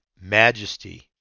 majesty